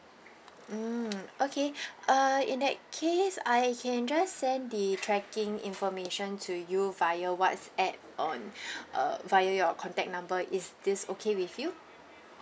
mm okay uh in that case I can just send the tracking information to you via WhatsApp on uh via your contact number is this okay with you